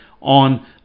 on